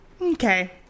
Okay